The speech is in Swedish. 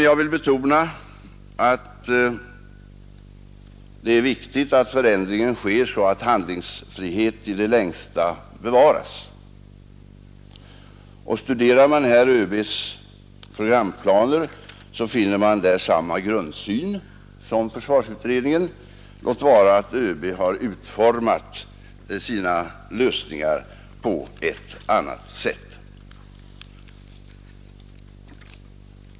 Jag vill dock betona att det är viktigt att förändringen sker så att handlingsfrihet i det längsta bevaras. Studerar man ÖB: programplaner finner man däri samma grundsyn som hos försvarsutredningen — låt vara att ÖB har utformat sina lösningar på ett annat sätt.